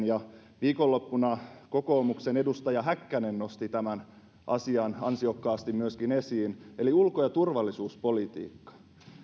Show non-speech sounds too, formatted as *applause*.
*unintelligible* ja viikonloppuna myöskin kokoomuksen edustaja häkkänen nosti tämän asian ansiokkaasti esiin eli ulko ja turvallisuuspolitiikka